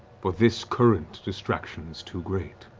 but this current distraction is too great.